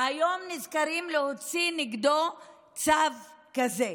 והיום נזכרים להוציא נגדו צו כזה.